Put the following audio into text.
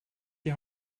die